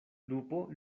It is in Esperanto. lupo